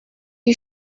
you